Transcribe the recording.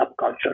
subculture